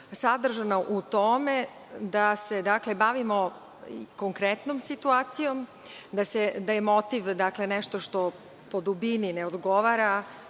sadržana u tome da se bavimo konkretnom situacijom, da je motiv nešto što po dubini ne odgovara